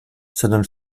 sondern